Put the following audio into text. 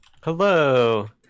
Hello